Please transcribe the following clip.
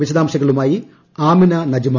വിശദാംശങ്ങളുമായി ആമിന നജ്മ